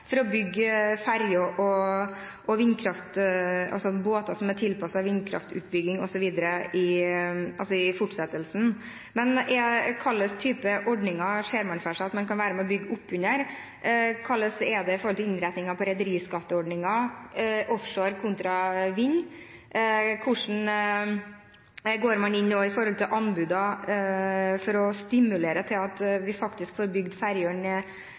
for å bygge ferjer og båter som er tilpasset vindkraftutbygging osv., i fortsettelsen. Hva slags typer ordninger ser man for seg at man kan være med og bygge oppunder? Hvordan er det i forhold til innretningen på rederiskatteordningen, offshore kontra vind? Hvordan går man inn nå når det gjelder anbud, for å stimulere til at vi faktisk får bygd ferjene